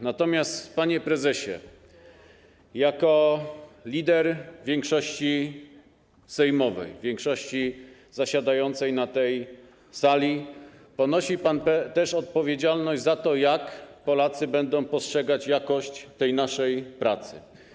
Natomiast, panie prezesie, jako lider większości sejmowej, większości zasiadającej na tej sali, ponosi pan też odpowiedzialność za to, jak Polacy będą postrzegać jakość naszej pracy.